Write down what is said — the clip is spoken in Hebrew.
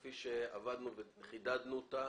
התשע"ח-2017 כפי שחידדנו אותה